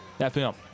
FM